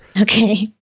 Okay